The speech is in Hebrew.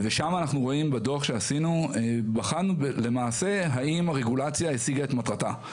בדוח שעשינו בחנו למעשה האם הרגולציה השיגה את מטרתה,